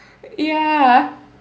ya